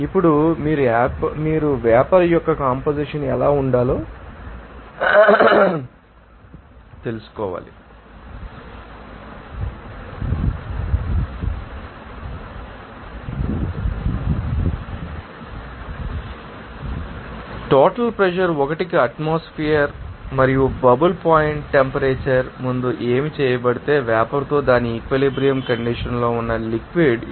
ఇప్పుడు మీరు ఏర్పడిన వేపర్ యొక్క కంపొజిషన్ ఎలా ఉండాలో తెలుసుకోవాలి టోటల్ ప్రెషర్ 1 ఆటోమాస్ఫెర్ ం మరియు బబుల్ పాయింట్ టెంపరేచర్ ముందు ఏమి చెప్పబడితే వేపర్ తో దాని ఈక్విలిబ్రియం కండిషన్ లో ఉన్న లిక్విడ్ ం